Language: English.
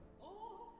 oh